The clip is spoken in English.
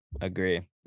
agree